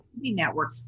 network